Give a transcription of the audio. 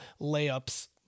layups